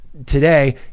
today